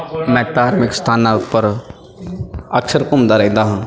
ਮੈਂ ਧਾਰਮਿਕ ਸਥਾਨਾਂ ਉੱਪਰ ਅਕਸਰ ਘੁੰਮਦਾ ਰਹਿੰਦਾ ਹਾਂ